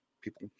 people